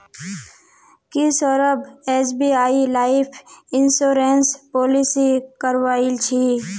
की Saurabh SBI life insurance policy करवइल छि